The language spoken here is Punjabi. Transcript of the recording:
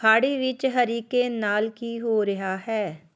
ਖਾੜੀ ਵਿੱਚ ਹਰੀਕੇਨ ਨਾਲ ਕੀ ਹੋ ਰਿਹਾ ਹੈ